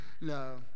No